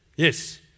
Yes